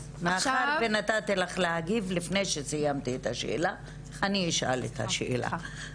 אז מאחר שנתתי לך להגיב לפני שסיימתי את השאלה אני אשאל את השאלה.